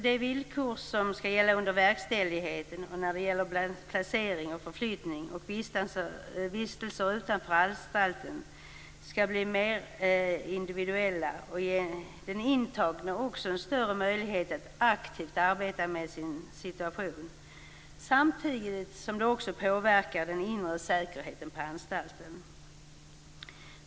De villkor som skall gälla under verkställighet, placering och förflyttning och vistelse utanför anstalten skall bli mer individuellt anpassade och ge den intagne större möjlighet att aktivt arbeta med sin situation. Samtidigt påverkas den inre säkerheten på anstalten.